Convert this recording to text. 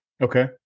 Okay